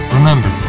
Remember